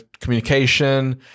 communication